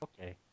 okay